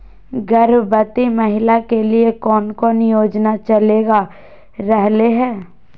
गर्भवती महिला के लिए कौन कौन योजना चलेगा रहले है?